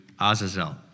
Azazel